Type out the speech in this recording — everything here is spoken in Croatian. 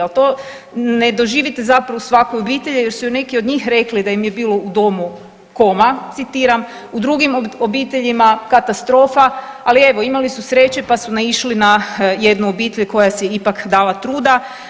A to ne doživite zapravo u svakoj obitelji jer su i neki od njih rekli da im je bilo u domu „koma“ citiram, u drugim obiteljima katastrofa, ali evo imali su sreće pa su naišli na jednu obitelj koja si je ipak dala truda.